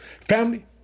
Family